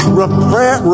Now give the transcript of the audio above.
repair